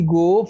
go